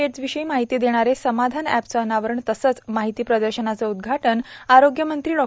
एड्सविषयी माहिती देणारे समाधान एपचे अनावरण तसेच माहिती प्रदर्शनाचे उद्घाटन आरोग्यमंत्री डॉ